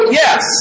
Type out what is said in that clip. yes